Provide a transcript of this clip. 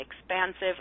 expansive